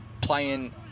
playing